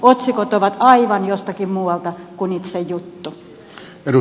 otsikot ovat aivan jostakin muualta kuin itse juttu